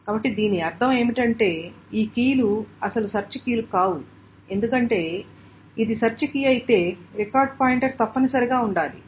కాబట్టి దీని అర్థం ఏమిటంటే ఈ కీలు అసలు సెర్చ్ కీలు కావు ఎందుకంటే ఇది సెర్చ్ కీ అయితే రికార్డ్ పాయింటర్ తప్పనిసరిగా ఉండాలి